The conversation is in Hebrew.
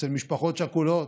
אצל משפחות שכולות,